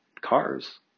cars